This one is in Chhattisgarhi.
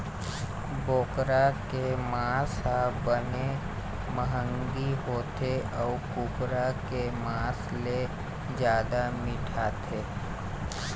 बोकरा के मांस ह बने मंहगी होथे अउ कुकरा के मांस ले जादा मिठाथे